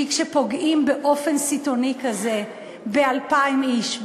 כי כשפוגעים באופן סיטוני כזה ב-2,000 איש,